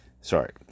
sorry